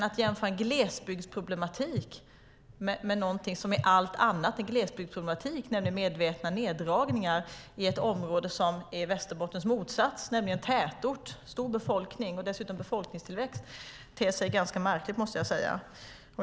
Att jämföra en glesbygdsproblematik med något som är allt annat är glesbygdsproblematik - medvetna neddragningar i ett område som är Västerbottens motsats, nämligen tätort med stor befolkning och dessutom befolkningstillväxt - ter sig ganska märkligt, måste jag säga.